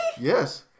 Yes